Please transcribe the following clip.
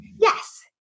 Yes